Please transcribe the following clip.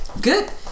Good